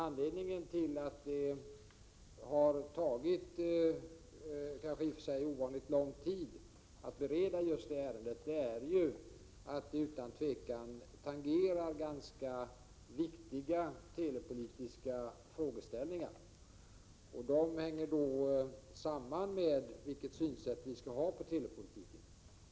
Anledningen till att det har tagit ovanligt lång tid att bereda just det ärendet är att det utan tvivel tangerar ganska viktiga telepolitiska frågeställningar, och de hänger samman med vilket synsätt vi skall ha på telepolitiken.